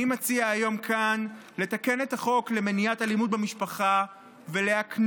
אני מציע היום כאן לתקן את החוק למניעת אלימות במשפחה ולהקנות